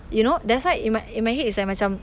you know that's why in my in my head is like macam